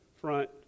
front